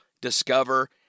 discover